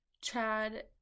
Chad